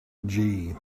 gee